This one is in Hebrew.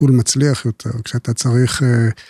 ולמצליח יותר, כשאתה צריך...